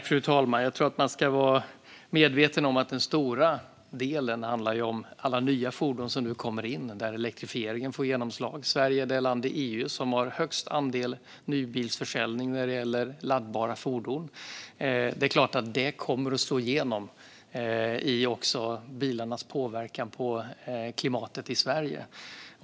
Fru talman! Jag tror att man ska vara medveten om att den stora delen handlar om alla nya fordon som nu kommer in, där elektrifieringen får genomslag. Sverige är det land i EU som har högst andel nybilsförsäljning när det gäller laddbara fordon. Det är klart att detta kommer att slå igenom också i bilarnas påverkan på klimatet i Sverige.